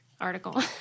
article